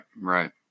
right